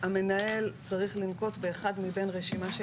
המנהל צריך לנקוט באחד מתוך רשימה של